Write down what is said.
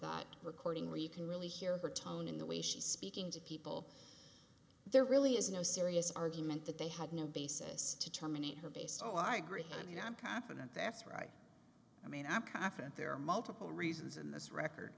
not recording lead can really hear her tone in the way she's speaking to people there really is no serious argument that they have no basis to terminate her based on margaret i mean i'm confident that's right i mean i'm confident there are multiple reasons in this record